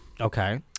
okay